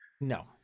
No